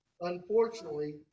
Unfortunately